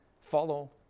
follow